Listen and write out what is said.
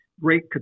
great